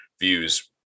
views